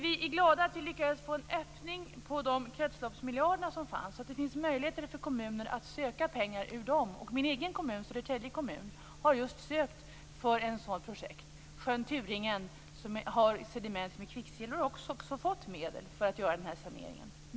Vi är glada att vi lyckades få en öppning när det gäller de kretsloppsmiljarder som fanns, så att det finns möjligheter för kommuner att söka pengar ur dem. Min egen kommun, Södertälje, har just sökt pengar för ett sådant projekt - sjön Turingen, som har sediment med kvicksilver - och har också fått medel för att göra en sanering.